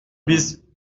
bis